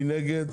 מי נגד?